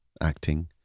acting